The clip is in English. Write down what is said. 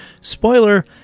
Spoiler